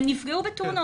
הם נפגעו בתאונות.